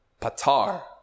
patar